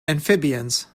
amphibians